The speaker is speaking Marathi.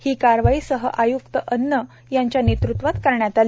ही कारवाई सहआयुक्त अन्न यांच्या नेतृत्वात करण्यात आली